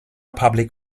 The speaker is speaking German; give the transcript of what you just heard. public